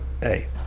hey